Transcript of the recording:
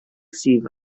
sydd